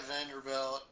Vanderbilt